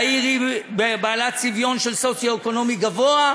והעיר בעלת צביון סוציו-אקונומי גדול,